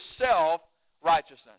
self-righteousness